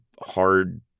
hard